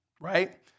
right